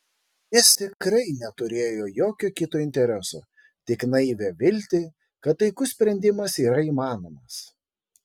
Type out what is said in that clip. jis tikrai neturėjo jokio kito intereso tik naivią viltį kad taikus sprendimas yra įmanomas